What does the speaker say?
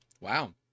Wow